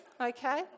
okay